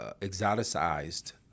exoticized